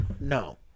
No